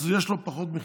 אז יש לו פחות מכירות,